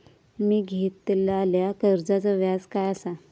मी घेतलाल्या कर्जाचा व्याज काय आसा?